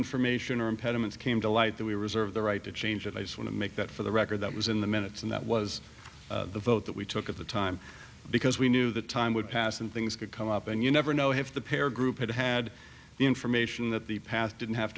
information or impediments came to light that we reserve the right to change it i just want to make that for the record that was in the minutes and that was the vote that we took at the time because we knew the time would pass and things could come up and you never know if the pair group had had the information that the path didn't have